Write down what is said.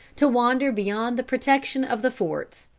to wander beyond the protection of the forts.